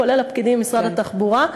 כולל הפקידים ממשרד התחבורה,